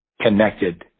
connected